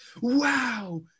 Wow